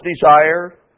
desire